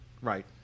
right